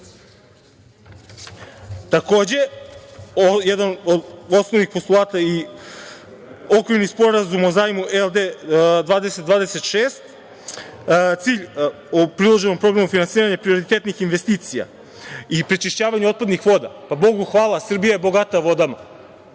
jedan od osnovnih postulata i Okvirni sporazum o zajmu LD 2026, cilj o priloženom programu finansiranja prioritetnih investicija i prečišćavanju otpadnih voda. Bogu hvala Srbija je bogata vodama.